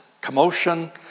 commotion